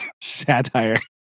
satire